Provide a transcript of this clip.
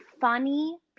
funny